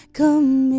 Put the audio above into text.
come